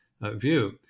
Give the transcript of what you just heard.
view